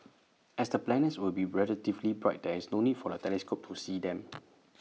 as the planets will be relatively bright there is no need for A telescope to see them